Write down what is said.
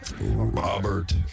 Robert